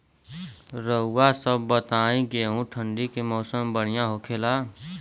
रउआ सभ बताई गेहूँ ठंडी के मौसम में बढ़ियां होखेला?